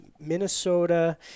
Minnesota